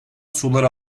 sular